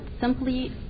simply